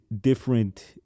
different